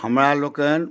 हमरा लोकनि